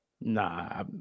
Nah